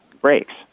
breaks